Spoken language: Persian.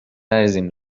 نریزیم